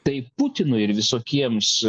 tai putinui ir visokiems